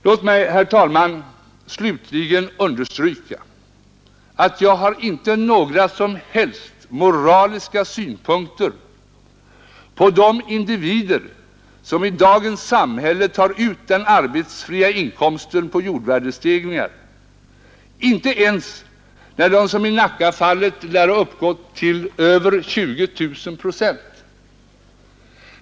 Låt mig, herr talman, slutligen understryka att jag inte har några som helst moraliska synpunkter på de individer som i dagens samhälle tar ut den arbetsfria inkomsten på jordvärdestegringarna, inte ens när dessa som i ett fall lär ha uppgått till 20 000 procent.